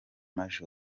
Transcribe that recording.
maj